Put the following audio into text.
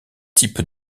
type